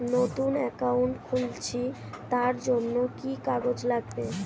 নতুন অ্যাকাউন্ট খুলছি তার জন্য কি কি কাগজ লাগবে?